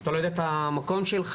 אתה לא יודע את המקום שלך.